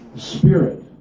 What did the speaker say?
Spirit